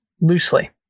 loosely